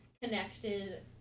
connected